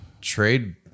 trade